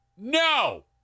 No